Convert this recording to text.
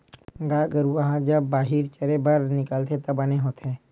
गाय गरूवा ह जब बाहिर चरे बर निकलथे त बने होथे